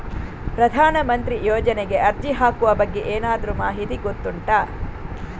ಪ್ರಧಾನ ಮಂತ್ರಿ ಯೋಜನೆಗೆ ಅರ್ಜಿ ಹಾಕುವ ಬಗ್ಗೆ ಏನಾದರೂ ಮಾಹಿತಿ ಗೊತ್ತುಂಟ?